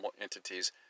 entities